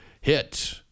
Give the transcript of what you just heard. HIT